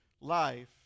life